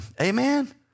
Amen